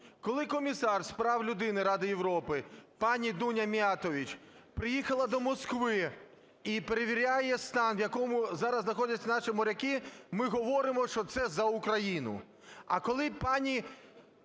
Коли Комісар з прав людини Ради Європи пані Дуня Міятович приїхала до Москви і перевіряє стан, в якому зараз знаходяться наші моряки, ми говоримо, що це за Україну.